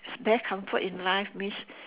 bare comfort in life means